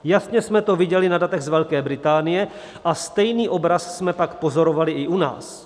Jasně jsme to viděli na datech z Velké Británie a stejný obraz jsme pak pozorovali i u nás.